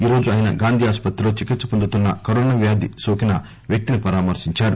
ఈ రోజు ఆయన గాంధీ ఆసుపత్రిలో చికిత్ప పొందుతున్న కరోనా వ్యాధి నోకిన వ్యక్తిని పరామర్పించారు